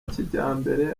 kijyambere